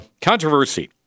controversy